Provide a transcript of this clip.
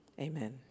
Amen